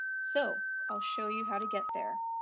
so i'll show you how to get there.